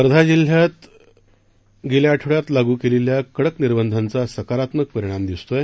वर्धा जिल्ह्यात गेल्या लागू केलेल्या कडक निर्बंधांचा सकारात्मक परिणाम दिसत आहे